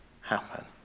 happen